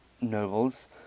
nobles